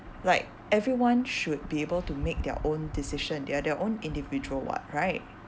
like everyone should be able to make their own decision they are their own individual [what] right